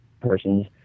persons